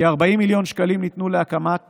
כ-40 מיליון שקלים ניתנו להקמת